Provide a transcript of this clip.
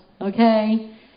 Okay